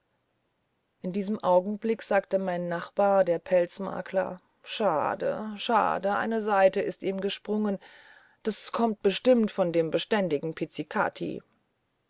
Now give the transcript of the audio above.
in diesem augenblick sagte mein nachbar der pelzmakler schade schade eine saite ist ihm gesprungen das kommt von dem beständigen pizzikati